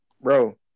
Bro